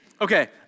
Okay